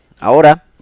Ahora